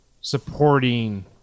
supporting